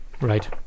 Right